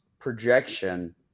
projection